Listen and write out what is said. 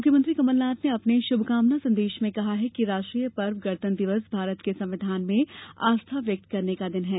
मुख्यमंत्री कमलनाथ ने अपने शुभकामना संदेश में कहा है कि राष्ट्रीय पर्व गणतंत्र दिवस भारत के संविधान में आस्था व्यक्त करने का दिन है